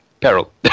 peril